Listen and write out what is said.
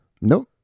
Nope